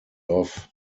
off